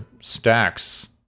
stacks